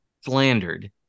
slandered